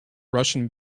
russian